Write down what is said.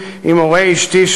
עם הורי אשתי,